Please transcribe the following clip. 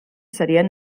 serien